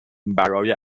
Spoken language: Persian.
برای